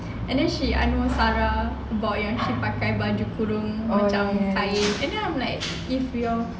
and then she sara bawa yang she pakai baju kurung macam kain and then I'm like if you're